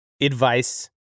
advice